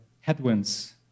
headwinds